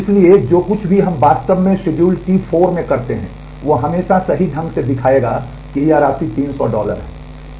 इसलिए जो कुछ भी हम वास्तव में शेड्यूल टी 4 करते हैं वह हमेशा सही ढंग से दिखाएगा कि यह राशि तीन सौ डॉलर है